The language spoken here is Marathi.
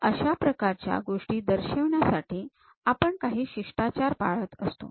तर अशा प्रकारच्या गोष्टी दर्शविण्यासाठी आपण काही शिष्टाचार पाळत असतो